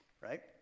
right